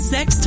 Sex